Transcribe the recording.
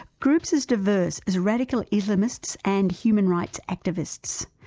groups as diverse as radical islamists and human rights activists,